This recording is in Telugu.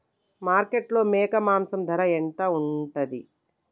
మార్కెట్లో మేక మాంసం ధర ఎంత ఉంటది?